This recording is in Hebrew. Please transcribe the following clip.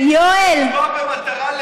שהוקם במטרה,